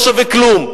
הוא לא שווה כלום.